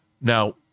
Now